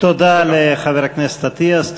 תודה לחבר הכנסת אטיאס,